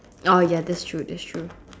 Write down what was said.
oh ya that's true that's true